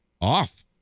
off